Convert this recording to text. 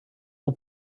aux